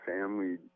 family